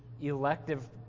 elective